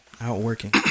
Outworking